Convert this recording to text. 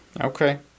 Okay